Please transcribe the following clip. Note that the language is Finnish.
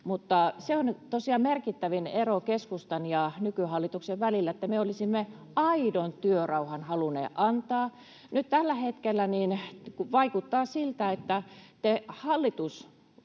tosiaan merkittävin ero keskustan ja nykyhallituksen välillä, että me olisimme aidon työrauhan halunneet antaa. Nyt tällä hetkellä vaikuttaa siltä, että te